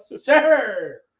sir